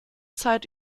zeit